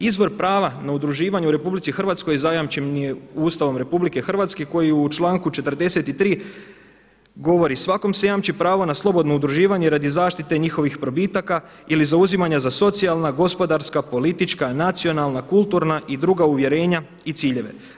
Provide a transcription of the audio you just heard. Izvor prava na udruživanja u Republici Hrvatskoj zajamčen je Ustavom RH koji u članku 43. govori: „Svakom se jamči pravo na slobodno udruživanje radi zaštite njihovih probitaka ili zauzimanja za socijalna, gospodarska, politička, nacionalna, kulturna i druga uvjerenja i ciljeve.